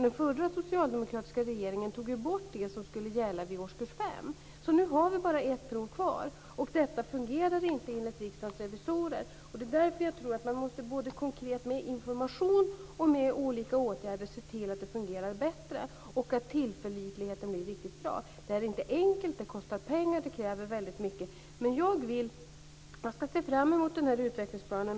Den förra socialdemokratiska regeringen tog ju bort det prov som skulle gälla i årskurs 5, så nu har vi bara ett prov kvar, och detta fungerar inte, enligt Riksdagens revisorer. Därför tror jag att man måste både konkret med information och med olika åtgärder se till att det fungerar bättre och att tillförlitligheten blir riktigt bra. Det är inte enkelt, det kostar pengar och det kräver väldigt mycket. Jag ser fram emot utvecklingsplanen.